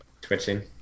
Twitching